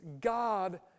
God